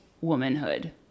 womanhood